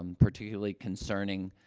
um particularly concerning,